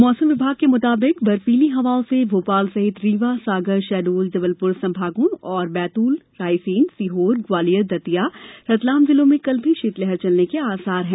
मौसम विभाग के मुताबिक बर्फीली हवाओं से भोपाल सहित रीवा सागर शहडोलजबलपुर संभागों तथा बैतूल रायसेन सीहोर ग्वालियर दतिया रतलाम जिलों में कल भी शीतलहर चलने के आसार है